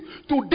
today